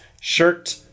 shirt